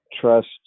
trust